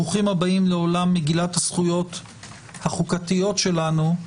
ברוכים הבאים לעולם מגילת הזכויות החוקתיות שלנו,